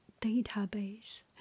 database